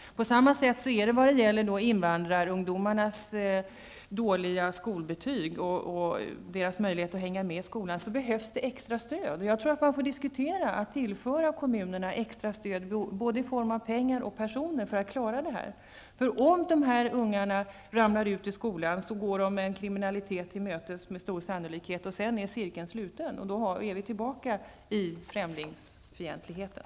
Även beträffande invandrarungdomarnas dåliga skolbetyg och deras möjligheter att hänga med i skolan behövs det extra stöd. Jag tror att man får föra en diskussion om att kommunerna skall tillföras extra stöd både i form av pengar och i form av personer för att klara detta. Om dessa ungar ramlar ut ur skolan går de med stor sannolikhet en kriminalitet till mötes, och sedan är cirkeln sluten. Då är vi tillbaka i främlingsfientligheten.